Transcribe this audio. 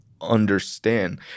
understand